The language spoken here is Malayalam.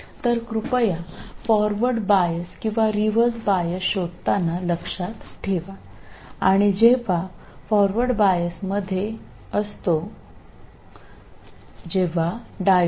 അതിനാൽ മുന്നോട്ട് വിപരീത പക്ഷപാതം കണ്ടെത്തുമ്പോൾ അത് മനസ്സിൽ വയ്ക്കുക